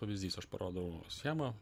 pavyzdys aš parodau schemą